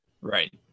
Right